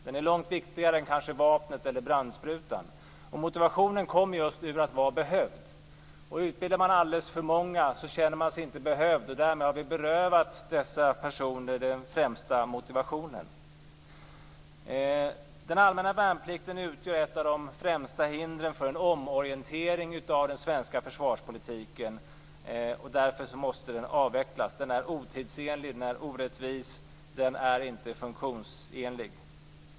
Den är långt viktigare än kanske vapnet eller brandsprutan. Motivationen kommer just ur att vara behövd. Utbildar man alldeles för många känner de sig inte behövda, och därmed har man berövat dessa personer den främsta motivationen. Den allmänna värnplikten utgör ett av de främsta hindren för en omorientering av den svenska försvarspolitiken, och därför måste den avvecklas. Den är otidsenlig och orättvis och den är inte funktionsenlig.